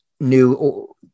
new